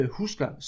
husker